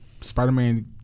Spider-Man